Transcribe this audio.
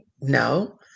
no